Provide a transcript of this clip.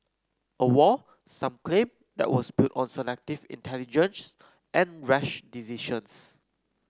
a war some claim that was built on selective intelligence and rash decisions